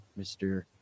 mr